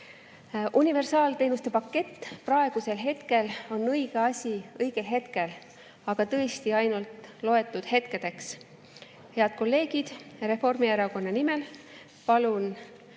Universaalteenuse pakett praegusel hetkel on õige asi õigel hetkel, aga tõesti ainult loetud hetkedeks. Head kolleegid, Reformierakonna nimel palun